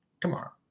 tomorrow